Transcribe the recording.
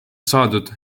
saadud